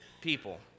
people